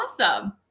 Awesome